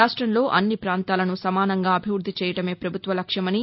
రాష్ట్రంలో అన్ని పాంతాలను సమానంగా అభివృద్ది చేయడమే పభుత్వ లక్ష్మమని